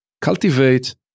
cultivate